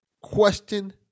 Question